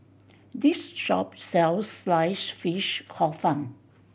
this shop sells Sliced Fish Hor Fun